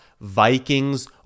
Vikings